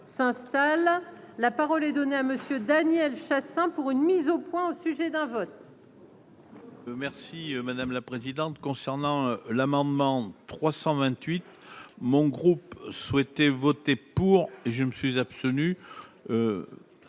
la parole est donnée à Monsieur Daniel Chassain pour une mise au point au sujet d'un vote. Merci madame la présidente, concernant l'amendement 328 mon groupe souhaitait voter pour et je me suis abstenu